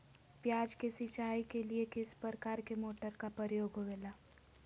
प्याज के सिंचाई के लिए किस प्रकार के मोटर का प्रयोग होवेला?